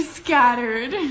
scattered